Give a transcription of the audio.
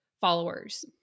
followers